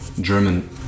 German